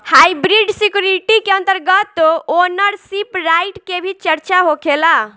hybrid security के अंतर्गत ownership right के भी चर्चा होखेला